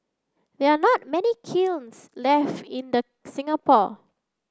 there are not many kilns left in the Singapore